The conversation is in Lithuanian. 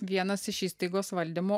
vienas iš įstaigos valdymo